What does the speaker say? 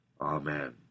Amen